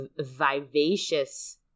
vivacious